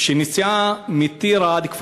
שנסיעה מטירה עד כפר-סבא,